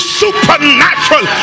supernatural